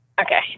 Okay